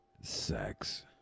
Sex